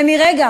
ומרגע